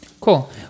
Cool